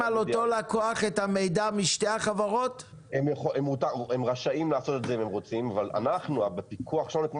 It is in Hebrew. והלקוח יכול לקבל את המידע של